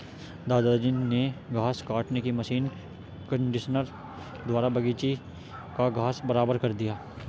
दादाजी ने घास काटने की मशीन कंडीशनर द्वारा बगीची का घास बराबर कर दिया